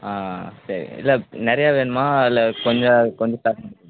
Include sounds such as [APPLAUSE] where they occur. ஆ சரி இல்லை நிறையா வேணுமா இல்லை கொஞ்சம் கொஞ்சம் ஸ்டார்டிங் [UNINTELLIGIBLE] போதுமா